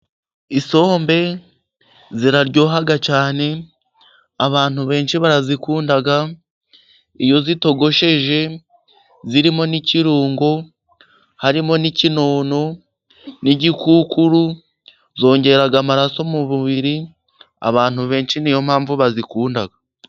Isombe ziraryoha cyane abantu benshi barazikunda iyo zitogosheje zirimo n'ikirungo, harimo n'ikinono n'igikukuru zongera amaraso mu mubiri abantu benshi ni yo mpamvu bazikunda.